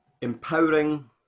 Empowering